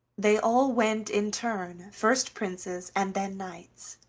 they all went in turn, first princes, and then knights,